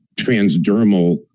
transdermal